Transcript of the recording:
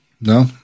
No